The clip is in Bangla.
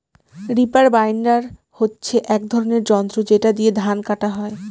রিপার বাইন্ডার হচ্ছে এক ধরনের যন্ত্র যেটা দিয়ে ধান কাটা হয়